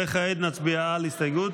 וכעת נצביע על הסתייגות